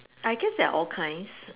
I guess there are all kinds